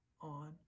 on